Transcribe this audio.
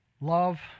Love